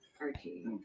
Archie